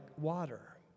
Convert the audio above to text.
water